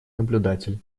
наблюдатель